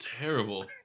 terrible